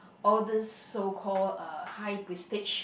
all these so called uh high prestige